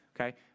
Okay